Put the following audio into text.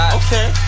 okay